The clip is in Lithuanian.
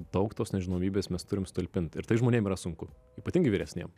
daug tos nežinomybės mes turim sutalpint ir tai žmonėm yra sunku ypatingai vyresniem